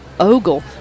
Ogle